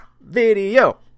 video